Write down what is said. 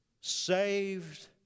saved